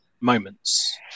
moments